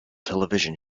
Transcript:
television